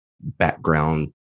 background